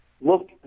look